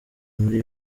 muri